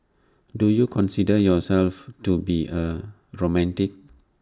do you consider yourself to be A romantic